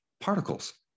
particles